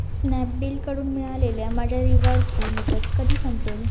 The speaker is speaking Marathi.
स्नॅपडीलकडून मिळालेल्या माझ्या रिवॉर्डची मुदत कधी संपेल